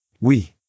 Oui